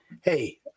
hey